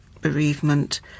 bereavement